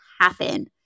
happen